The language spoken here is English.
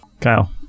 Kyle